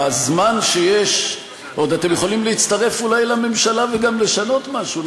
בזמן שיש עוד אתם יכולים להצטרף אולי לממשלה וגם לשנות משהו,